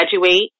graduate